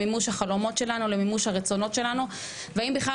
החלומות והרצונות שלנו והאם אנחנו בכלל